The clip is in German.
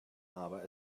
aber